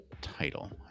title